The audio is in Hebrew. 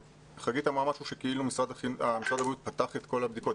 חגית אמרה משהו שכאילו משרד הבריאות פתח את כל הבדיקות.